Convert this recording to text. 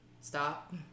stop